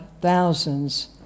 thousands